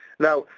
now,